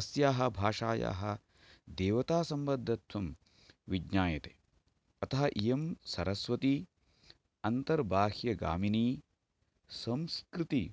अस्याः भाषायाः देवतासम्बन्धत्वं विज्ञायते अतः इयं सरस्वती अन्तर्बाह्यगामिनी संस्कृति